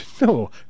No